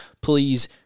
please